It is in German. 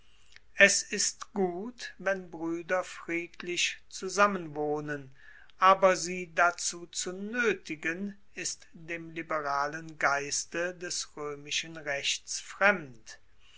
es ist gut wenn brueder friedlich zusammenwohnen aber sie dazu zu noetigen ist dem liberalen geiste des roemischen rechts fremd